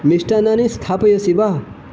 मिष्टान्नानि स्थापयसि वा